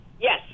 Yes